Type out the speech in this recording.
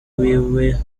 wiwe